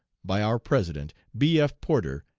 by our president, b. f. porter,